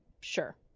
sure